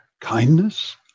kindness